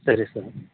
சரி சார்